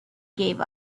gave